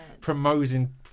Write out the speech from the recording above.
promoting